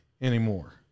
anymore